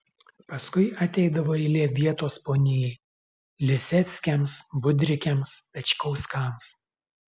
paskui ateidavo eilė vietos ponijai liseckiams budrikiams pečkauskams